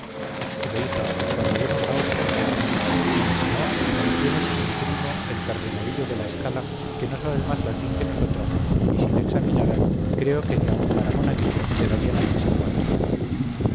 pero hija cuando vemos a otros y si no ahí tienes a mi primo el cardenalito de la escala que no sabe más latín que nosotras y si le examinaran creo que ni aun para monaguillo le darían el